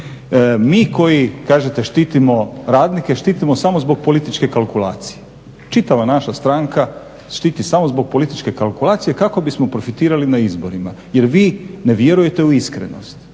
Mi koji, kažete štitimo radnike, štitimo samo zbog političke kalkulacije. Čitava naša stranka štiti samo zbog političke kalkulacije kako bismo profitirali na izborima. Jer vi ne vjerujete u iskrenost.